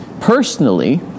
personally